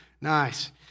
Nice